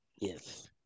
yes